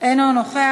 אינו נוכח.